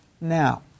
Now